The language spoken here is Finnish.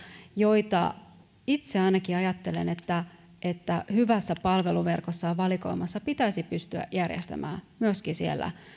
joita itse ainakin ajattelen että että hyvässä palveluverkossa ja valikoimassa pitäisi pystyä järjestämään myöskin